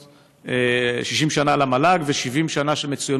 אחריו, חבר הכנסת נחמן שי.